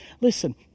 Listen